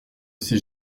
ses